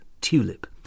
Tulip